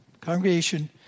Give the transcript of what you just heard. congregation